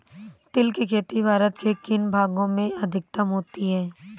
तिल की खेती भारत के किन भागों में अधिकतम होती है?